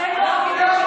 אתם לא אוהבים,